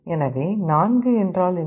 எனவே 4 என்றால் என்ன